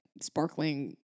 sparkling